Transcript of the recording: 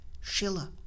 Schiller